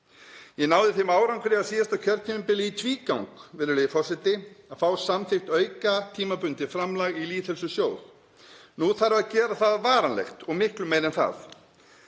Ég náði þeim árangri á síðasta kjörtímabili í tvígang, virðulegi forseti, að fá samþykkt auka tímabundið framlag í lýðheilsusjóð. Nú þarf að gera það varanlegt og miklu meira en það.